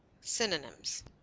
Synonyms